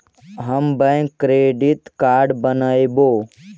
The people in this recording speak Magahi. हम बैक क्रेडिट कार्ड बनैवो?